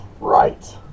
Right